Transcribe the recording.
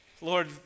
Lord